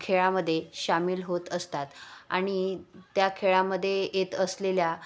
खेळामध्ये सामील होत असतात आणि त्या खेळामध्ये येत असलेल्या